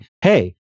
hey